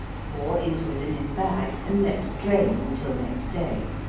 pour into a linen bag and let drain until next day.